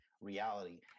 reality